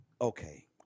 okay